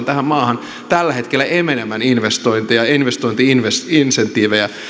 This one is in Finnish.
tähän maahan tällä hetkellä enemmän investointeja ja investointi insentiivejä